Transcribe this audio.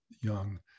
young